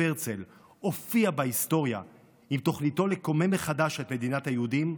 הרצל הופיע בהיסטוריה עם תוכניתו לקומם מחדש את מדינת היהודים,